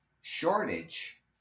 shortage